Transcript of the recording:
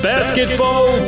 Basketball